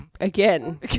again